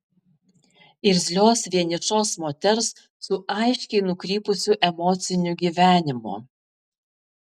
irzlios vienišos moters su aiškiai nukrypusiu emociniu gyvenimu